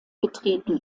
betreten